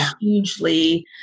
hugely